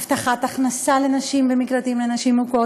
הבטחת הכנסה לנשים במקלטים לנשים מוכות,